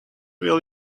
will